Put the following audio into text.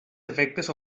efectes